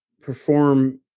perform